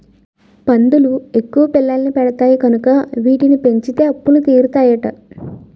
పందులు ఎక్కువ పిల్లల్ని పెడతాయి కనుక వీటిని పెంచితే అప్పులు తీరుతాయట